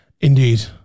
Indeed